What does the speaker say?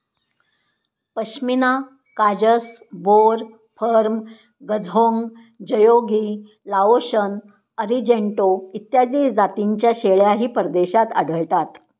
पश्मिना काजस, बोर, फर्म, गझहोंग, जयोगी, लाओशन, अरिजेंटो इत्यादी जातींच्या शेळ्याही परदेशात आढळतात